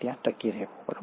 ટકી રહેવાનું છે